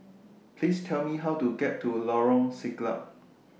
Please Tell Me How to get to Lorong Siglap